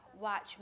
Watch